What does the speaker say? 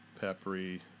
Peppery